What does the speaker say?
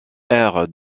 aire